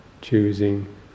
choosing